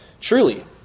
Truly